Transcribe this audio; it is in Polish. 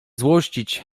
złościć